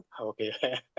Okay